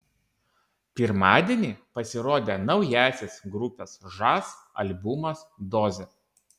pirmadienį pasirodė naujasis grupės žas albumas dozė